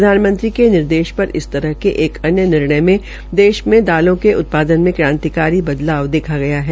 प्रधानमंत्री के निर्देश पर इस तरह के एक अन्य निर्णय में देश में दालों के उत्पादन में क्रांतिकारी बदलाव देखा गया है